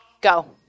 go